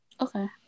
Okay